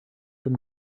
them